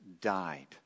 died